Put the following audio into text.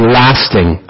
lasting